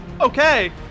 Okay